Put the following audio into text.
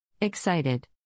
Excited